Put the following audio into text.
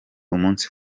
umunsi